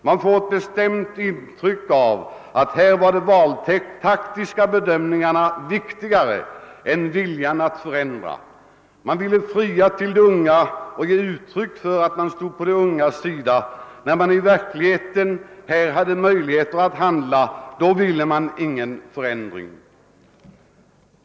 Man får ett bestämt intryck av att de valtaktiska bedömningarna i detta fall var viktigare än viljan att åstadkomma en förändring. Man ville fria till de unga och ge intryck av att man stod på deras sida, men när man i verkligheten hade möjlighet att handla, ville man inte ha till stånd någon förändring.